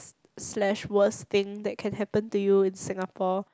slash worst thing that can happen to you in Singapore